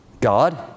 God